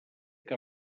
que